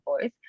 voice